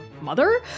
mother